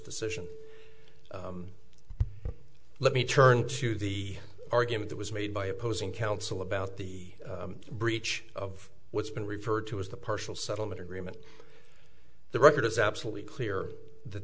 decision let me turn to the argument that was made by opposing counsel about the breach of what's been referred to as the partial settlement agreement the record is absolutely clear th